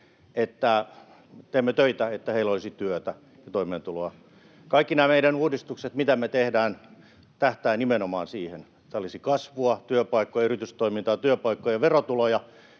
että teemme töitä, että heillä olisi työtä ja toimeentuloa. Kaikki nämä meidän uudistukset, mitä me tehdään, tähtäävät nimenomaan siihen, että olisi kasvua, työpaikkoja, yritystoimintaa, työpaikkoja ja verotuloja.